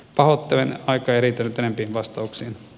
pahoittelen aika ei riittänyt enempiin vastauksiin